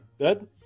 Good